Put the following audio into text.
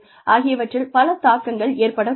ஆகியவற்றில் பல தாக்கங்கள் ஏற்படக் கூடும்